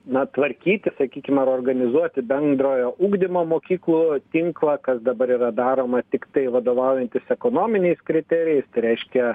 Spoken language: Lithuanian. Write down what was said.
na tvarkyti sakykim ar organizuoti bendrojo ugdymo mokyklų tinklą kas dabar yra daroma tiktai vadovaujantis ekonominiais kriterijais tai reiškia